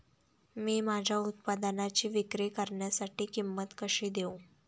मी माझ्या उत्पादनाची विक्री करण्यासाठी किंमत कशी देऊ?